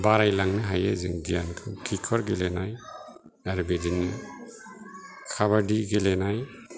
बारायलांनो हायो जों गियानखौ खिखर गेलेनाय आरो बिदिनो खाबादि गेलेनाय